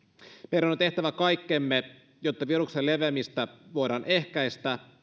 meidän on tehtävä kaikkemme jotta viruksen leviämistä voidaan ehkäistä